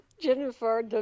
Jennifer